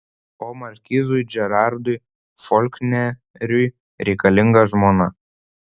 o markizui džerardui folkneriui reikalinga žmona